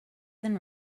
than